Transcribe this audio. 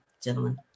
gentlemen